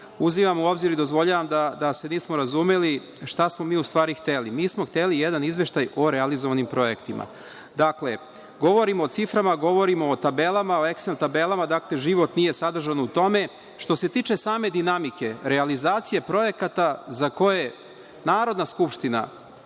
uzimam u obzir i dozvoljavam da se nismo razumeli. Šta smo mi u stvari hteli? Mi smo hteli jedan izveštaj o realizovanim projektima. Dakle, govorimo o ciframa, govorimo o tabelama, o eksel tabelama, dakle, život nije sadržan u tome.39/2MO/LJLŠto se tiče same dinamike realizacije projekata za koje Narodna skupština,